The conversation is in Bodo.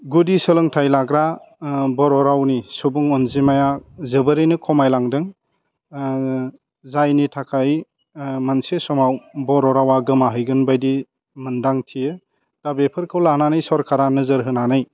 गुदि सोलोंथाइ लाग्रा बर' रावनि सुबुं अनजिमाया जोबोरैनो खमाय लांदों जायनि थाखाय मोनसे समाव बर' रावा गोमा हैगोन बायदि मोन्दांथियो दा बेफोरखौ लानानै सरकारा नोजोर होनानै